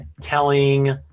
telling